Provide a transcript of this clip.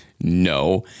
no